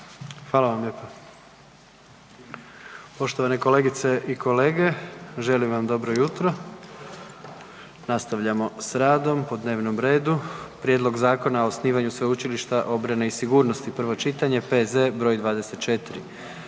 Hvala vam lijepo. Poštovane kolegice i kolege, želim vam dobro jutro. Nastavljamo s radom po dnevnom redu: - Prijedlog Zakona o osnivanju Sveučilišta obrane i sigurnosti, prvo čitanje, P.Z. br. 24;